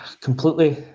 completely